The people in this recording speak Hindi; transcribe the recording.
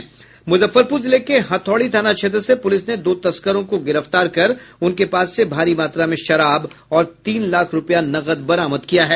मुजफ्फरपुर जिले के हथौड़ी थाना क्षेत्र से पुलिस ने दो तस्करों को गिरफ्तार कर उनके पास से भारी मात्रा में शराब और तीन लाख रूपया नकद बरामद किया है